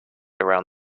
around